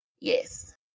Yes